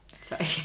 sorry